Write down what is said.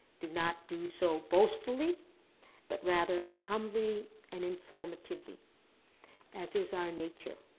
do not do so boastfully but rather humbly and informatively as is our nature.